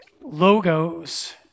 Logos